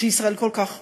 שישראל כל כך